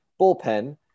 bullpen